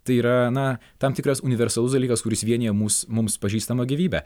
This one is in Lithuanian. tai yra tam tikras universalus dalykas kuris vienija mus mums pažįstamą gyvybę